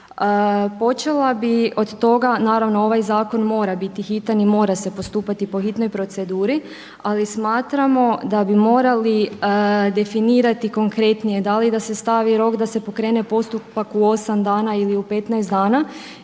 Počela bi od toga, naravno ovaj zakon mora biti hitan i mora se postupati po hitnoj proceduru ali smatramo da bi morali definirati konkretnije da li da se stavi rok da se pokrene postupak u 8 dana ili u 15 dana